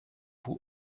vous